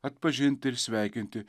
atpažinti ir sveikinti